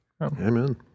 Amen